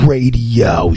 Radio